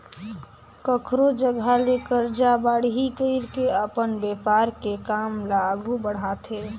कखरो जघा ले करजा बाड़ही कइर के अपन बेपार के काम ल आघु बड़हाथे